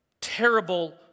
terrible